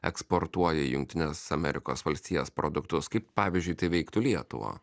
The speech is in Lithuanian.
eksportuoja į jungtines amerikos valstijas produktus kaip pavyzdžiui tai veiktų lietuvą